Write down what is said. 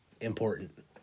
important